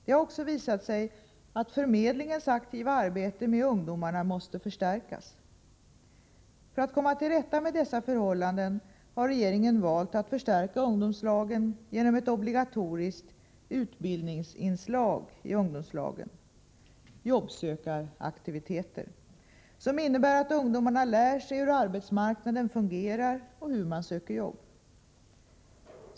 Det har också visat sig att förmedlingens aktiva arbete med ungdomarna måste förstärkas. För att komma till rätta med dessa förhållanden har regeringen valt att förstärka ungdomslagen genom ett obligatoriskt utbildningsinslag i ungdomslagen — jobbsökaraktiviteter — som innebär att ungdomarna lär sig hur arbetsmarknaden fungerar och hur man söker jobb.